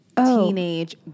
Teenage